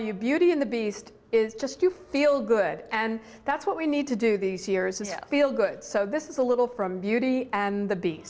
you beauty and the beast is just to feel good and that's what we need to do these years feel good so this is a little from beauty and the bea